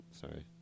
Sorry